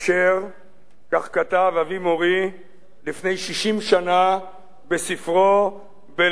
כך כתב אבי מורי לפני 60 שנה בספרו "בלילות לבנים",